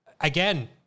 again